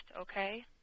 okay